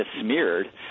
smeared